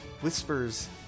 whispers